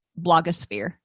blogosphere